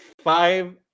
five